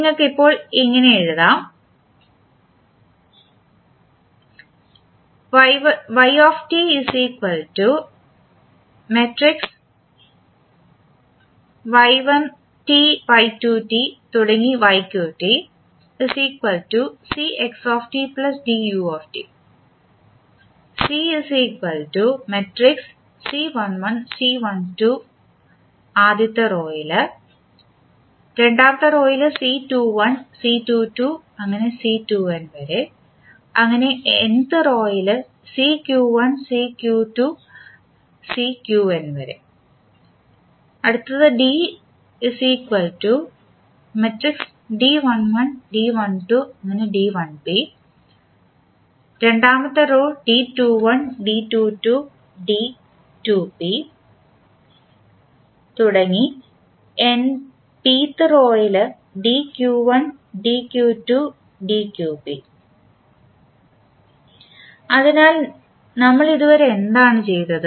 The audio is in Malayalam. നിങ്ങൾക്ക് ഇപ്പോൾ ഇങ്ങനെ എഴുതാം അതിനാൽ നമ്മൾ ഇതുവരെ എന്താണ് ചെയ്തത്